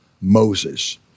Moses